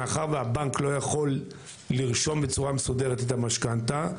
מאחר שהבנק לא יכול לרשום בצורה מסודרת את המשכנתה,